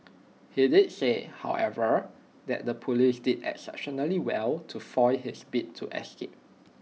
he did say however that the Police did exceptionally well to foil his bid to escape